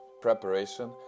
preparation